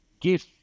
give